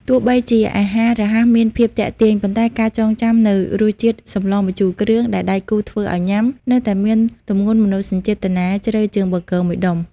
ទោះបីជាអាហាររហ័សមានភាពទាក់ទាញ ប៉ុន្តែការចងចាំនូវរសជាតិសម្លម្ជូរគ្រឿងដែលដៃគូធ្វើឱ្យញ៉ាំ នៅតែមានទម្ងន់មនោសញ្ចេតនាជ្រៅជាងប៊ឺហ្គឺមួយដុំ។